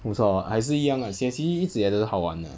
还是一样 lah C_M_C_C 一直以来都是好玩的